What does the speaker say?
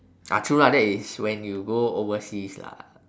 ah true lah that is when you go overseas lah